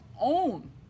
own